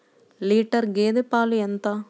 Litre గేదె పాలు ఎంత?